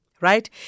right